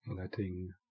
Letting